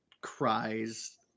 cries